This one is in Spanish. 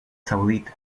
saudita